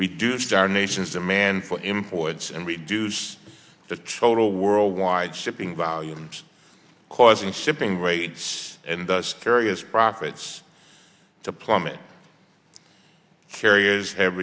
star nations demand for imports and reduced the chota worldwide shipping volumes causing sipping rates and the scariest profits to plummet carriers have